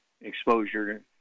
exposure